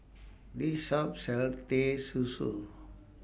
This Shop sells Teh Susu